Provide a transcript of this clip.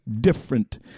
different